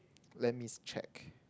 let me check